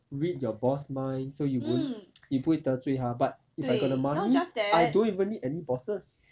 read your boss mind so you won't 你不会得罪他 but if I got the money I don't even need and bosses